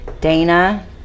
dana